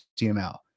HTML